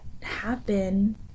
happen